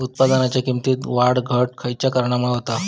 उत्पादनाच्या किमतीत वाढ घट खयल्या कारणामुळे होता?